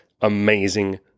amazing